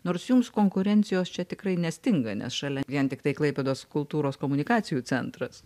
nors jums konkurencijos čia tikrai nestinga nes šalia vien tiktai klaipėdos kultūros komunikacijų centras